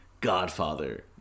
Godfather